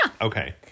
Okay